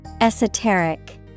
Esoteric